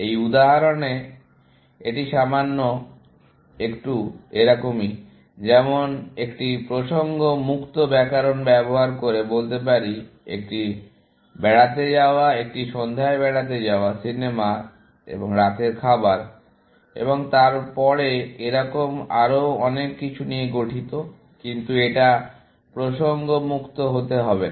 এই উদাহরণে এটি সামান্য একটু যেমন একটি প্রসঙ্গ মুক্ত ব্যাকরণ ব্যবহার করে বলতে পারি একটি বেড়াতে যাওয়া একটি সন্ধ্যায় বেড়াতে যাওয়া সিনেমা এবং রাতের খাবার এবং তারপরে এরকম আরও অনেক কিছু নিয়ে গঠিত কিন্তু এটা প্রসঙ্গ মুক্ত হতে হবে না